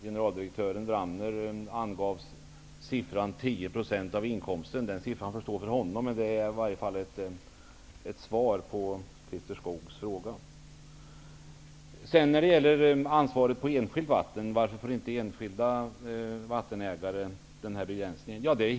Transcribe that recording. Generaldirektör Ramner angav siffran 10 % av inkomsten. Den siffran får stå för honom, men det är i varje fall ett svar på Christer Skoogs fråga.